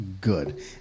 good